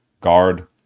guard